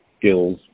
skills